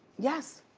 yes.